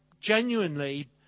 genuinely